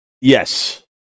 yes